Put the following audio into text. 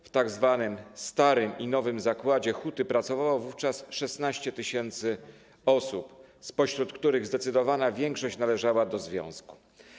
W tzw. starym i nowym zakładzie huty pracowało wówczas 16 tys. osób, spośród których zdecydowana większość należała do związku.